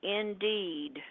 indeed